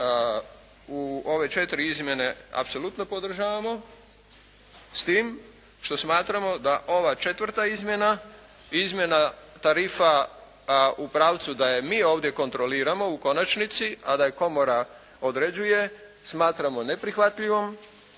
u ove četiri izmjene apsolutno podržavamo s tim što smatramo da ova četvrta izmjena i izmjena tarifa u pravcu da je mi ovdje kontroliramo u konačnici, a da je komora određuje smatramo neprihvatljivom